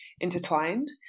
intertwined